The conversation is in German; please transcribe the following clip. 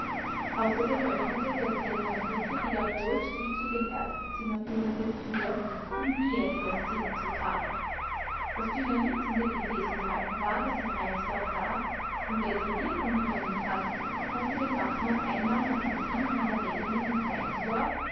außerdem öffnete der kellner fricke wiederholt die zu dem ärztezimmer führende tür um bier in das zimmer zu tragen daß dynamit in dem gefäß enthalten war das ihm reinsdorf gab und welche wirkung dynamit hat konnte dem bachmann einmal nach den vielen unterredungen mit reinsdorf